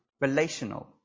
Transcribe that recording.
relational